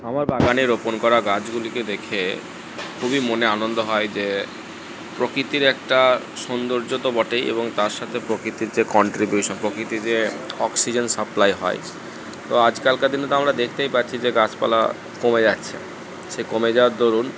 আমার বাগানে রোপন করা গাছগুলিকে দেখে খুবই মনে আনন্দ হয় যে প্রকৃতির একটা সৌন্দর্য তো বটেই এবং তার সাথে প্রকৃতির যে কন্ট্রিবিউশন প্রকৃতিতে অক্সিজেন সাপ্লাই হয় তো আজকালকার দিনে তো আমরা দেখতেই পাচ্ছি যে গাছপালা কমে যাচ্ছে সে কমে যাওয়ার দরুণ